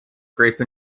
grape